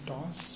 Toss